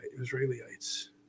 Israelites